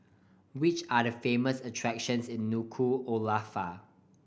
which are the famous attractions in Nuku'alofa